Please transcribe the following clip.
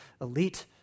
elite